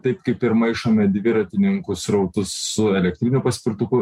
taip kaip ir maišome dviratininkų srautus su elektriniu paspirtuku